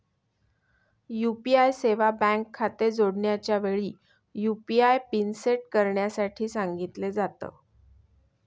UPI सेवा bank खाते जोडण्याच्या वेळी, यु.पी.आय पिन सेट करण्यासाठी सांगितल जात